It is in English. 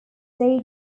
day